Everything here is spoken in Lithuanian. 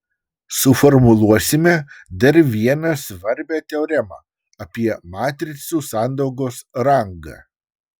suformuluosime dar vieną svarbią teoremą apie matricų sandaugos rangą